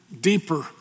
deeper